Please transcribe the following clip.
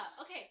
okay